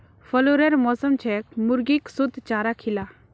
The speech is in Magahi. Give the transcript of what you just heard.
फ्लूरेर मौसम छेक मुर्गीक शुद्ध चारा खिला